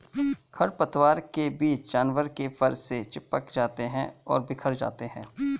खरपतवार के बीज जानवर के फर से चिपक जाते हैं और बिखर जाते हैं